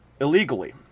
illegally